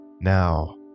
now